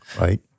right